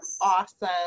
awesome